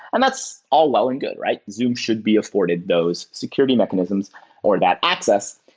and that's all well and good, right? zoom should be afforded those security mechanisms or that access,